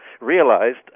realized